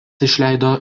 išleido